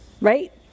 right